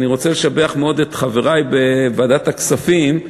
אני רוצה לשבח מאוד את חברי בוועדת הכספים,